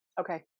Okay